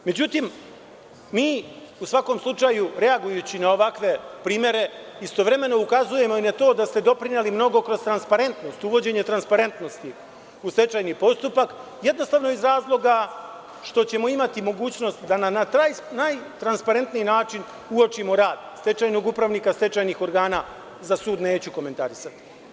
Međutim, mi u svakom slučaju reagujući na ovakve primere istovremeno ukazujemo i na to da ste doprineli mnogo kroz transparentnost, uvođenje transparentnosti u stečajni postupak, jednostavno iz razloga što ćemo imati mogućnost da na najtransparentniji način uočimo rad stečajnog upravnika, stečajnih organa, za sud neću ni komentarisati.